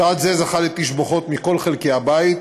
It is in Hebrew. צעד זה זכה לתשבחות מכל חלקי הבית,